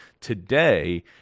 today